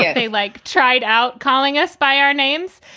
yeah they like tried out calling us by our names.